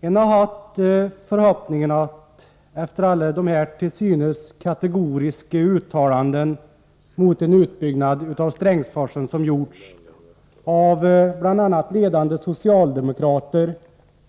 Man har haft förhoppningar, efter alla de till synes kategoriska uttalanden mot en utbyggnad av Strängsforsen som gjorts av bl.a. ledande socialdemokrater,